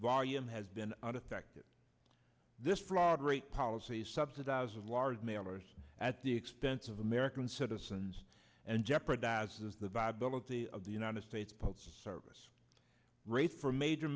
volume has been unaffected this fraud rate policies subsidize large mailers at the expense of american citizens and jeopardizes the viability of the united states postal service rate for major